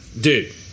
dude